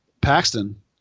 Paxton